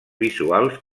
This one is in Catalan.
visuals